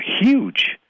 huge